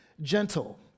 gentle